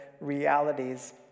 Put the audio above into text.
realities